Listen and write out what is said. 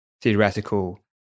theoretical